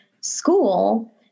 school